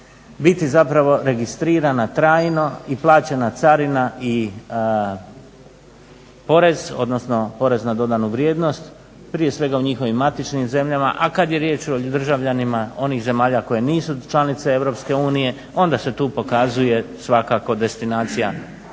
biti registrirana trajno i plaćena carina i porez odnosno porez na dodanu vrijednost prije svega u njihovim matičnim zemljama, a kada je riječ o državljanima onih zemalja koje nisu članice EU onda se tu pokazuje svakako destinacija